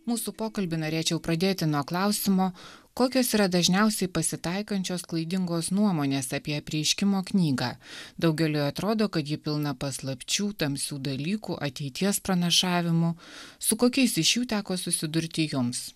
mūsų pokalbį norėčiau pradėti nuo klausimo kokios yra dažniausiai pasitaikančios klaidingos nuomonės apie apreiškimo knygą daugeliui atrodo kad ji pilna paslapčių tamsių dalykų ateities pranašavimų su kokiais iš jų teko susidurti jums